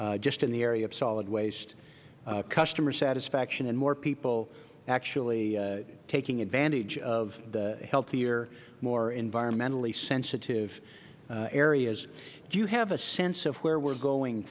savings just in the area of solid waste customer satisfaction and more people actually taking advantage of the healthier more environmentally sensitive areas do you have a sense of as we are going